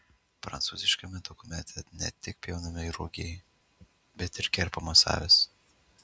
prancūziškame dokumente ne tik pjaunami rugiai bet ir kerpamos avys